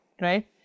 right